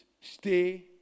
stay